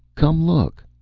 come look!